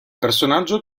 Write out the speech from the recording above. personaggio